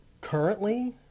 currently